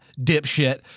dipshit